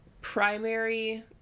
primary